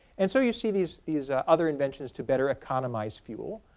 and so you see these these ah other inventions to better economize fuel.